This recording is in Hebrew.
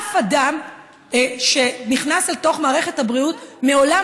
שום אדם שנכנס אל תוך מערכת הבריאות מעולם